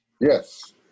Yes